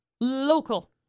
Local